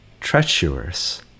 treacherous